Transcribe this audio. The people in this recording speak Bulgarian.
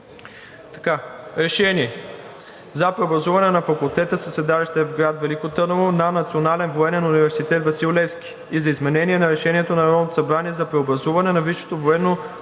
РЕШЕНИЕ за преобразуване на факултета със седалище в град Велико Търново на Национален военен университет „Васил Левски“ и за изменение на Решението на Народното събрание за преобразуване на